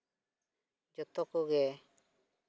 ᱡᱚᱛᱚ ᱠᱚᱜᱮ